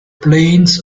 plains